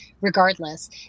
regardless